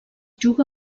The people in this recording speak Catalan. juga